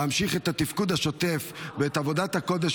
להמשיך את התפקוד השוטף ואת עבודת הקודש